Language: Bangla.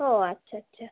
ও আচ্ছা আচ্ছা